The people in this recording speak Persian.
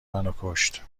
منوکشت